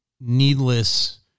needless